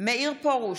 מאיר פרוש,